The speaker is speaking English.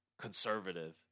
conservative